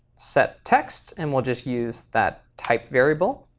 set text, and we'll just use that type variable.